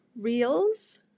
Reels